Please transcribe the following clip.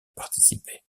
participer